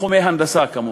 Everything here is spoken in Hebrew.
בתחומי ההנדסה כמובן,